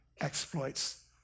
exploits